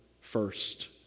first